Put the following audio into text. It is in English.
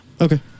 Okay